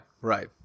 right